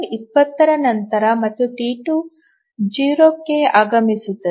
T 1 20 ರ ನಂತರ ಮತ್ತು ಟಿ2 0 ಕ್ಕೆ ಆಗಮಿಸುತ್ತದೆ